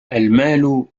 المال